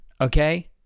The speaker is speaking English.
okay